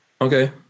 Okay